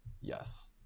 Yes